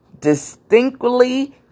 distinctly